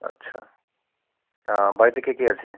আচ্ছা বাড়িতে কে কে আছে